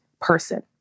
person